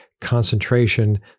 concentration